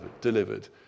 delivered